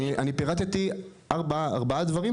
יש אינסוף תשובות לשאלה הזו.